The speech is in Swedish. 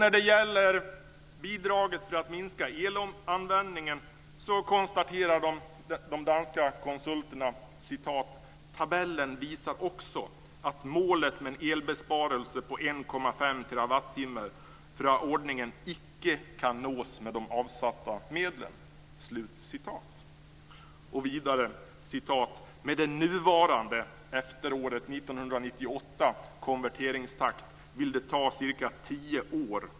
När det gäller bidraget för att minska elanvändningen konstaterade de danska konsulterna: "Tabellen viser også, at målet med en elbesparelse på 1,5 TWh fra ordningen ikke kan nås med de afsatte midler." Vidare framhålls: "Med den nuværande konverteringstakt vil det tage ca.